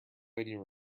waiting